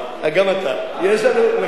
גם אתה, נכון.